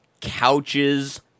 couches